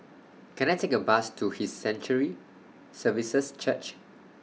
Can I Take A Bus to His Sanctuary Services Church